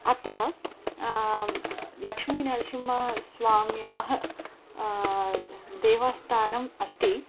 अत्र लक्ष्मीनरसिंहस्वाम्याः देवस्थानम् अस्ति